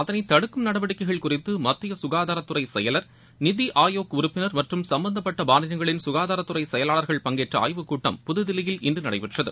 அதனை தடுக்கும் நடவடிக்கைகள் குறித்து மத்திய சுகாதாரத்துறை செயலர் நிதி ஆயோக் உறுப்பினர் மற்றம் சம்பந்தப்பட்ட மாநிலங்களின் சுகாதாரத்துறை செயலாளர்கள் பங்கேற்ற ஆய்வுக் கூட்டம் புததில்லியில் இன்று நடைபெற்றது